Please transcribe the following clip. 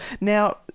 Now